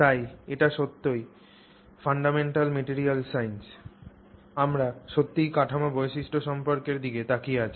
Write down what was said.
তাই এটি সত্যই ফান্ডামেন্টাল ম্যাটেরিয়াল সাইন্স আমরা সত্যিই কাঠামো বৈশিষ্ট্য সম্পর্কের দিকে তাকিয়ে আছি